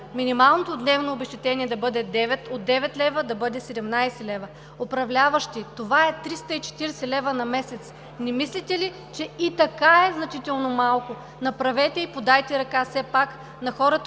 минималното дневно обезщетение от 9 лв. да бъде 17 лв. Управляващи, това са 340 лв. на месец! Не мислите ли, че и така е значително малко? Подайте ръка все пак на хората,